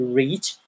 reach